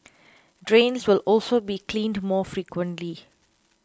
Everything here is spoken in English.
drains will also be cleaned more frequently